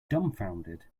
dumbfounded